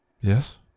Yes